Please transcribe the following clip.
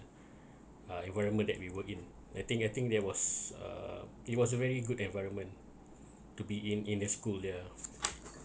uh environment that we were in I think I think there was uh it was a very good environment to be in in the school yeah